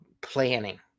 planning